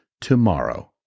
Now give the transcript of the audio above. tomorrow